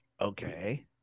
Okay